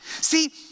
See